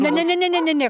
ne ne ne ne ne ne ne